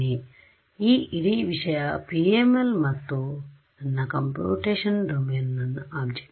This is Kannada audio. ಆದ್ದರಿಂದ ಈ ಇಡೀ ವಿಷಯ PML ಮತ್ತು ಇದು ನನ್ನ ಕಂಪ್ಯೂಟೇಶನಲ್ ಡೊಮೇನ್ ನನ್ನ ಆಬ್ಜೆಕ್ಟ್